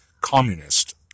communist